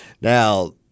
Now